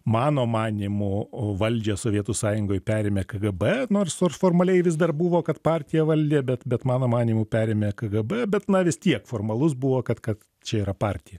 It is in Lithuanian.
mano manymu valdžią sovietų sąjungoj perėmė kgb nors nors formaliai vis dar buvo kad partija valdė bet bet mano manymu perėmė kgb bet na vis tiek formalus buvo kad kad čia yra partija